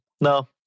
No